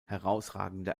herausragende